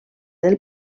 del